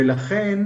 לכן,